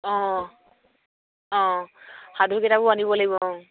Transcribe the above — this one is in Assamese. অঁ অঁ সাধু কিতাপো আনিব লাগিব অঁ